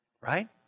Right